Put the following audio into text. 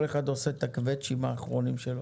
וכל אחד עושה את ה"קווצ'ים" האחרונים שלו.